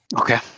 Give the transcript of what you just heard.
Okay